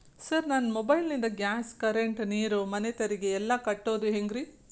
Sir ನನ್ನ mobile ನಿಂದ gas, current, ನೇರು, ಮನೆ ತೆರಿಗೆ ಎಲ್ಲಾ ಕಟ್ಟೋದು ಹೆಂಗ್ರಿ?